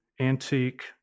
antique